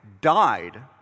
died